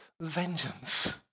vengeance